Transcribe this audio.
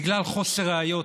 בגלל חוסר ראיות.